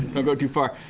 won't go too far.